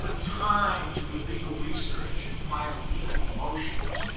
ah time to do legal research and file legal motions.